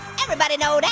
everybody know that,